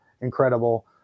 incredible